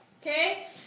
okay